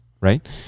right